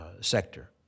sector